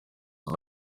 ari